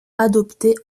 adoptée